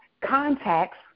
contacts